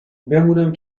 بمونم